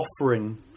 offering